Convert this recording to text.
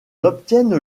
obtiennent